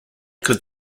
could